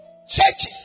churches